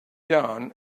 down